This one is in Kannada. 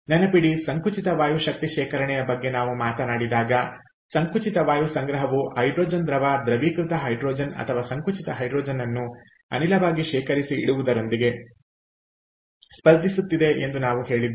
ನೆನಪಿಡಿ ಸಂಕುಚಿತ ವಾಯು ಶಕ್ತಿ ಶೇಖರಣೆಯ ಬಗ್ಗೆ ನಾವು ಮಾತನಾಡಿದಾಗ ಸಂಕುಚಿತ ವಾಯು ಸಂಗ್ರಹವು ಹೈಡ್ರೋಜನ್ ದ್ರವ ದ್ರವೀಕೃತ ಹೈಡ್ರೋಜನ್ ಅಥವಾ ಸಂಕುಚಿತ ಹೈಡ್ರೋಜನ್ ಅನ್ನು ಅನಿಲವಾಗಿ ಶೇಖರಿಸಿ ಇಡುವುದರೊಂದಿಗೆ ಸ್ಪರ್ಧಿಸುತ್ತಿದೆ ಎಂದು ನಾವು ಹೇಳಿದ್ದೇವೆ